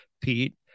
Pete